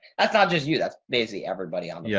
that's not just you. that's maisie. everybody on yeah